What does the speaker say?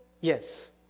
yes